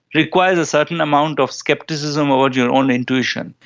requires a certain amount of scepticism about your own intuition.